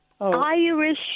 Irish